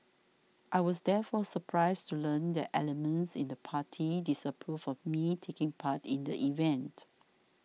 I was therefore surprised to learn that elements in the party disapproved of me taking part in the event